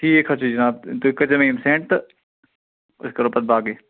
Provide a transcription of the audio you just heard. ٹھیٖک حظ چھُ جِناب تُہۍ کٔرۍزیٚو مےٚ یِم سٮ۪نٛڈ تہٕ أسۍ کَرو پتہٕ باقٕے